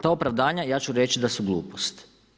Ta opravdanja, ja ću reći da su gluposti.